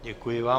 Děkuji vám.